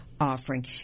offering